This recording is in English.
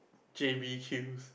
j_b queues